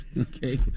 Okay